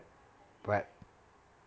what